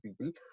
people